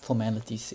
formalities